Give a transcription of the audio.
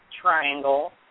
triangle